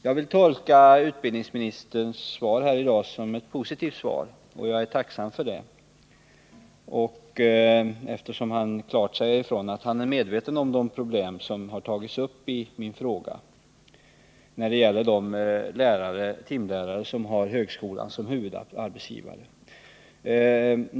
Jag vill tolka utbildningsministerns svar i dag som ett positivt sådant, och jag är tacksam för det. Utbildningsministern säger ju klart ifrån att han är medveten om de problem som har tagits upp i min fråga när det gäller de timlärare som har högskolan som huvudarbetsgivare.